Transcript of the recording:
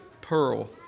pearl